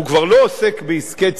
הוא כבר לא עוסק בעסקי ציבור,